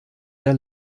der